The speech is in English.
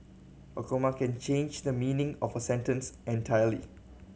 a comma can change the meaning of a sentence entirely